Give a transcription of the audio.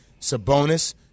Sabonis